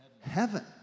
heaven